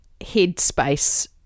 headspace